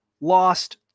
lost